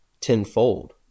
tenfold